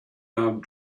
armed